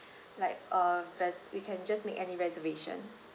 like uh res~ we can just make any reservation